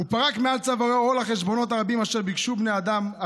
ופרק מעל צווארו עול החשבונות הרבים אשר ביקשו בני האדם,